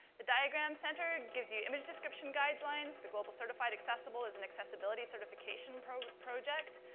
the diagram center gives you image description guidelines, the global certified accessible is an accessibility certification programme project.